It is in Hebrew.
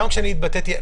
גם כשאני התבטאתי,